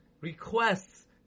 requests